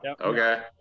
Okay